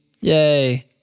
Yay